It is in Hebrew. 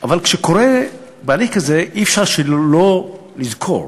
אבל כשקורה, אי-אפשר שלא לזכור.